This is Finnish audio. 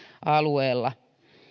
alueella